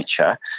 nature